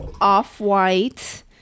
off-white